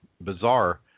bizarre